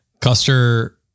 Custer